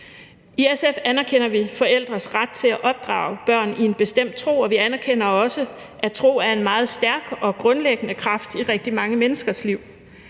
I SF anerkender vi forældres ret til at opdrage børn i en bestemt tro, og vi anerkender også, at tro er en meget stærk og grundlæggende kraft i rigtig mange menneskers liv.